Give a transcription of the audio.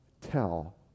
tell